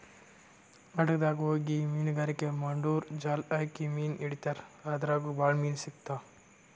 ಹಡಗ್ದಾಗ್ ಹೋಗಿ ಮೀನ್ಗಾರಿಕೆ ಮಾಡೂರು ಜಾಲ್ ಹಾಕಿ ಮೀನ್ ಹಿಡಿತಾರ್ ಅದ್ರಾಗ್ ಭಾಳ್ ಮೀನ್ ಸಿಗ್ತಾವ್